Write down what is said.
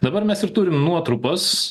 dabar mes ir turim nuotrupas